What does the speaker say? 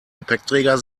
gepäckträger